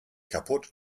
kaputt